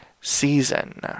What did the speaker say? season